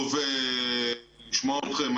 טוב לשמוע אתכם,